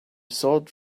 sword